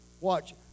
watch